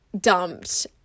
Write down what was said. dumped